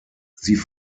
sie